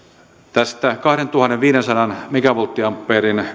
tästä kahdentuhannenviidensadan megavolttiampeerin